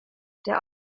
der